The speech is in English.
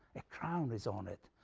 a crown is on it,